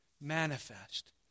manifest